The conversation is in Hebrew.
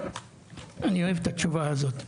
אני אוהב את התשובה הזאת,